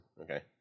Okay